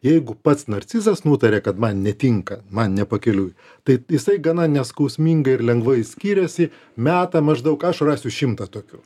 jeigu pats narcizas nutarė kad man netinka man ne pakeliui tai jisai gana neskausmingai ir lengvai skiriasi meta maždaug aš rasiu šimtą tokių